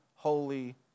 Holy